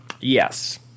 yes